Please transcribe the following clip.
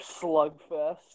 slugfest